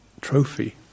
trophy